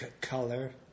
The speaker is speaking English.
color